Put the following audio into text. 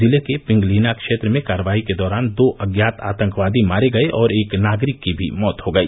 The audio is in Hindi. जिले के पिंगलीना क्षेत्र में कार्रवाई के दौरान दो अज्ञात आतंकवादी मारे गए और एक नागरिक की भी मौत हो गई